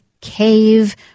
cave